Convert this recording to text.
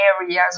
areas